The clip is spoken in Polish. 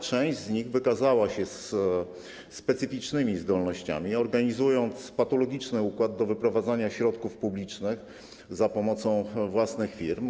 Część z nich wykazała się specyficznymi zdolnościami, organizując patologiczny układ do wyprowadzania środków publicznych za pomocą własnych firm.